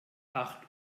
acht